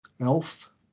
Elf